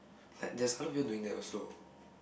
like there's other people doing that also